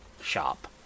shop